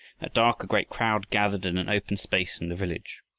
at dark a great crowd gathered in an open space in the village.